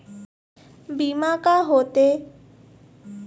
बीमा का होते?